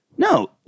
No